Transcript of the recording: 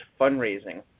fundraising